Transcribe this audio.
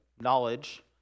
knowledge